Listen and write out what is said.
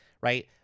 right